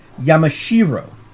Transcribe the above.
Yamashiro